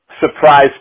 surprise